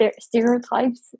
stereotypes